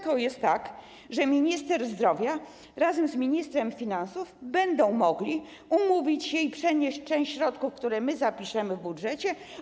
To jest tak, że minister zdrowia razem z ministrem finansów będą mogli umówić się i przenieść część środków, które my zapiszemy w budżecie.